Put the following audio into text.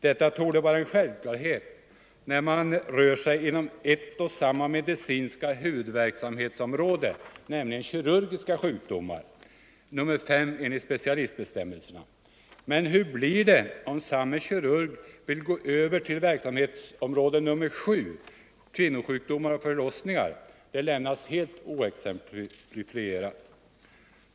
Detta torde vara en självklarhet när man rör sig inom ett och samma medicinska huvudverksamhetsområde, nämligen kirurgiska sjukdomar, nr 5 enligt specialistbestämmelserna. Hur förhållandet blir om samme kirurg vill gå över till verksamhetsområde nr 7, kvinnosjukdomar och förlossningar, lämnas oexemplifierat.